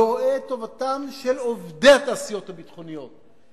לא רואה את טובתם של עובדי התעשיות הביטחוניות,